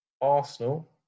Arsenal